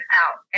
out